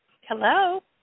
Hello